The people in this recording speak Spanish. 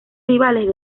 rivales